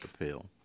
appeal